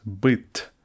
bit